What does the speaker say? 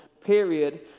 period